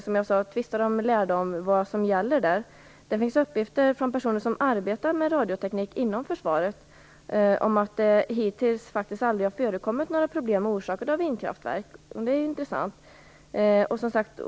Som jag sade tvistar de lärde om vad som gäller i det sammanhanget. Det finns uppgifter från personer som arbetar med radioteknik inom försvaret om att det hittills aldrig har förekommit några problem orsakade av vindkraftverk. Det är intressant.